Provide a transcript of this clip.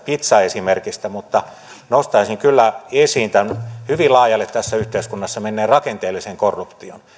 pitsaesimerkki mutta nostaisin kyllä esiin tämän hyvin laajalle tässä yhteiskunnassa menneen rakenteellisen korruption